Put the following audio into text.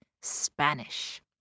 Spanish